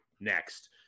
next